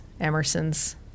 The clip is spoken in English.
Emerson's